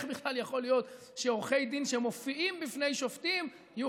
איך בכלל יכול להיות שעורכי דין שמופיעים בפני שופטים יהיו